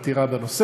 עמותת רגבים.